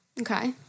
Okay